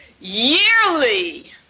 yearly